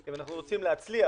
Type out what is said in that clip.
אם אנחנו רוצים להצליח,